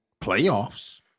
playoffs